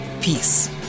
Peace